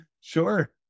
sure